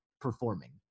performing